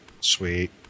Sweet